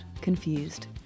Confused